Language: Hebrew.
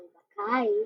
אבל בקיץ...